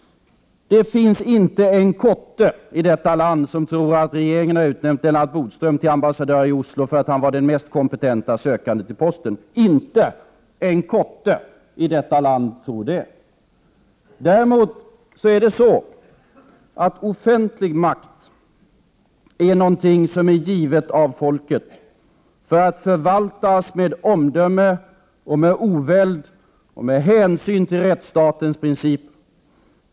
Det finns inte en kotte i detta land som tror att regeringen utnämnt Lennart Bodström till ambassadör i Oslo för att han var den mest kompetente sökande till posten. Inte en kotte i detta land tror det! Offentlig makt är något som är givet av folket för att förvaltas med omdöme och med oväld och med hänsyn till rättsstatens principer.